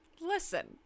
listen